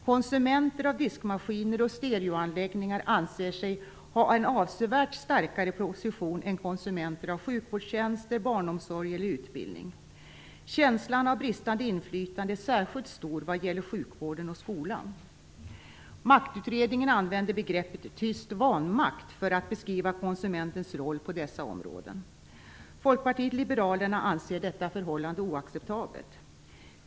Konsumenter av diskmaskiner och stereoanläggningar anser sig ha en avsevärt starkare position än konsumenter av sjukvårdstjänster, barnomsorg eller utbildning. Känslan av bristande inflytande är särskilt stor vad gäller sjukvården och skolan. Maktutredningen använder begreppet "tyst vanmakt" för att beskriva konsumentens roll på dessa områden. Folkpartiet liberalerna anser detta förhållande oacceptabelt.